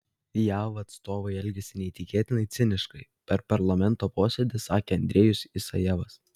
jav atstovai elgiasi neįtikėtinai ciniškai per parlamento posėdį sakė andrejus isajevas